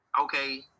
okay